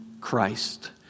Christ